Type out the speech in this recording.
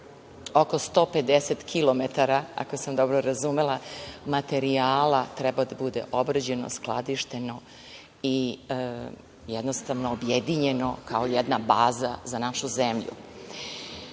oko 150 kilometara, ako sam dobro razumela, materijala treba da bude obrađeno, skladišteno i jednostavno objedinjeno kao jedna baza za našu zemlju. Ovde